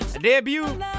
debut